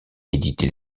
édité